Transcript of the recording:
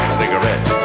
cigarette